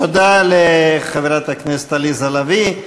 תודה לחברת הכנסת עליזה לביא.